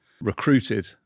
recruited